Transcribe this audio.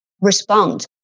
respond